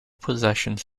possessions